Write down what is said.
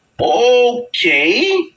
Okay